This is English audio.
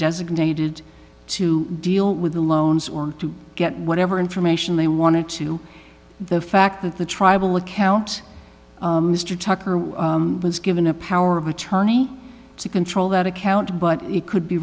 designated to deal with the loans or to get whatever information they wanted to the fact that the tribal account mr tucker was given a power of attorney to control that account but it could be